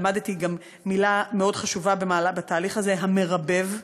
למדתי גם מילה מאוד חשובה בתהליך הזה: המרבב.